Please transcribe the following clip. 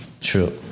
True